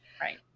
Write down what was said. Right